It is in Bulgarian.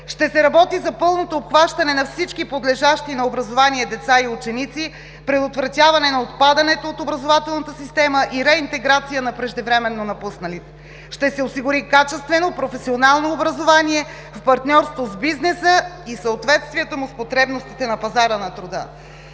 ще се работи за пълното обхващане на всички подлежащи на образование деца и ученици – предотвратяване на отпадането от образователната система, и реинтеграция на преждевременно напусналите; ще се осигури качествено, професионално образование в партньорство с бизнеса и съответствията му в потребностите на пазара на труда.